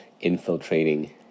infiltrating